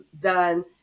done